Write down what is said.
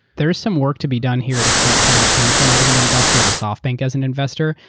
there is some work to be done here to compare tencent as an investor to softbank as an investor.